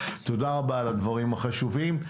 תודה רבה על הדברים החשובים.